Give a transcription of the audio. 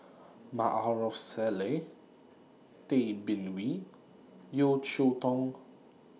Maarof Salleh Tay Bin Wee Yeo Cheow Tong